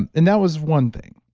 and and that was one thing.